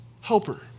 helper